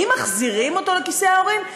האם מחזירים אותו לכיסי ההורים?